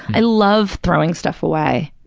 i love throwing stuff away,